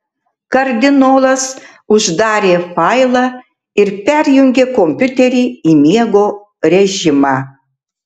kardinolas uždarė failą ir perjungė kompiuterį į miego režimą